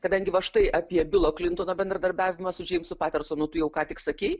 kadangi va štai apie bilo klintono bendradarbiavimą su džeimsu patersonut tu jau ką tik sakei